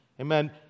Amen